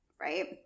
right